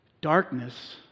darkness